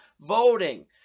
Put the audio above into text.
voting